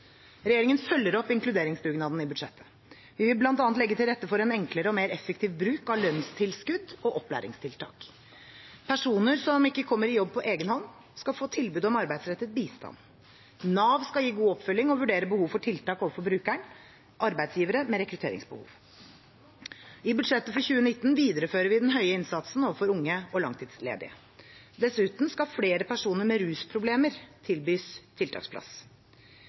Regjeringen følger opp inkluderingsdugnaden i budsjettet. Vi vil bl.a. legge til rette for en enklere og mer effektiv bruk av lønnstilskudd og opplæringstiltak. Personer som ikke kommer i jobb på egenhånd, skal få tilbud om arbeidsrettet bistand. Nav skal gi god oppfølging og vurdere behov for tiltak overfor brukeren, og arbeidsgivere med rekrutteringsbehov. I budsjettet for 2019 viderefører vi den høye innsatsen overfor unge og langtidsledige. Dessuten skal flere personer med rusproblemer tilbys tiltaksplass.